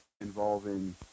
involving